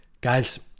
Guys